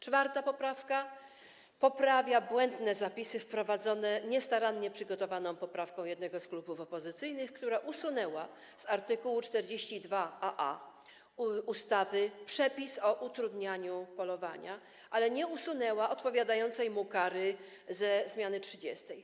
4. poprawka poprawia błędne zapisy wprowadzone niestarannie przygotowaną poprawką jednego z klubów opozycyjnych, która usunęła z art. 42aa ustawy przepis o utrudnianiu polowania, ale nie usunęła odpowiadającej mu kary ze zmiany 30.